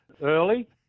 early